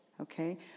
Okay